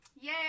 Yay